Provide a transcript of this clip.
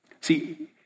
See